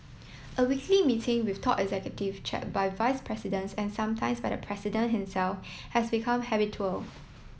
a weekly meeting with top executive chair by vice presidents and sometimes by the president himself has become habitual